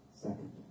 second